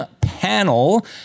panel